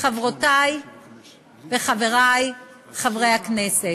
חברי וחברותי חברי הכנסת,